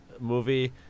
movie